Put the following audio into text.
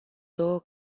două